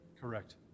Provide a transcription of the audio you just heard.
Correct